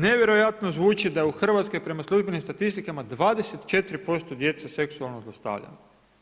Nevjerojatno zvuči da u Hrvatskoj prema službenim statistikama 25% djece seksualno zlostavljano,